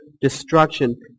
destruction